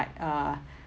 like uh